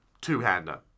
two-hander